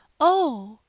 oh!